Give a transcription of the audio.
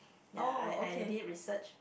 ya I I already research